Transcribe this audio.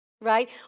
right